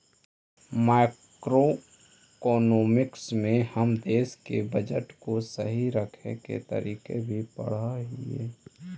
macroeconomics में हम देश के बजट को सही रखे के तरीके भी पढ़अ हियई